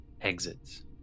exits